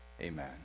amen